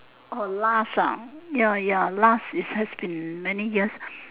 orh last ah ya ya last is has been many years